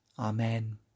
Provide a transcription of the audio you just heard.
Amen